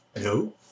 No